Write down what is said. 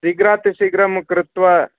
शीघ्रातिशीघ्रं कृत्वा